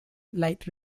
light